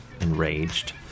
enraged